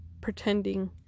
pretending